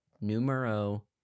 numero